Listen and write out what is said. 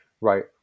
right